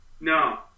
No